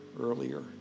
earlier